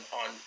on